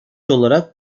olarak